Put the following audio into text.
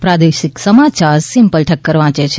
પ્રાદેશિક સમાયાર સિમ્પલ ઠક્કર વાંચે છે